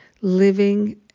living